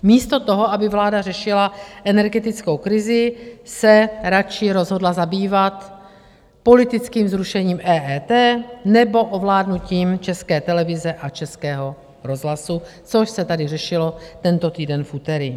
Místo toho, aby vláda řešila energetickou krizi, se radši rozhodla zabývat politickým zrušením EET nebo ovládnutím České televize a Českého rozhlasu, což se tady řešilo tento týden v úterý.